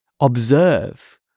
observe